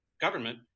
government